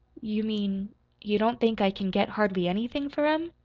you mean you don't think i can get hardly anything for em?